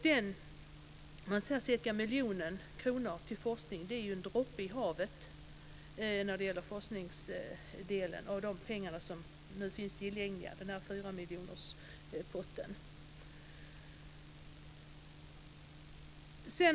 De cirka en miljon kronorna till forskning är ju en droppe i havet av de pengar som finns tillgängliga, fyramiljonerspotten.